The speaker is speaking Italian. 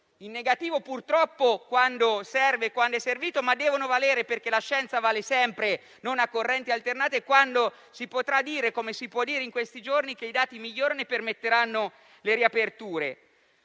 in negativo, purtroppo, quando serve, ma devono valere, perché la scienza vale sempre e non a corrente alternata, quando si potrà dire, come si può dire in questi giorni, che i dati migliorano e che questo permetterà le riaperture.